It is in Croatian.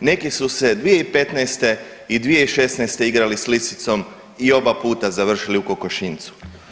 neki su se 2015. i 2016. igrali s lisicom i oba puta završili u kokošinjcu.